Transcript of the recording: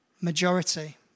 majority